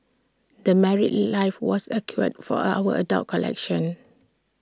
the married life was A cure for A our adult collection